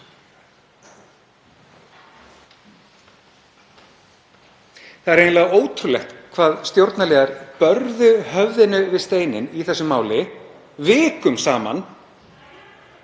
Það er eiginlega ótrúlegt hvað stjórnarliðar börðu höfðinu við steininn í þessu máli, vikum saman,